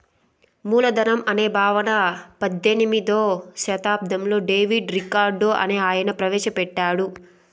మూలధనం అనే భావన పద్దెనిమిదో శతాబ్దంలో డేవిడ్ రికార్డో అనే ఆయన ప్రవేశ పెట్టాడు